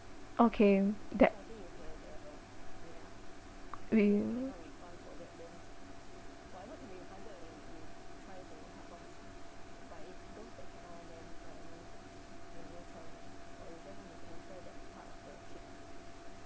okay that will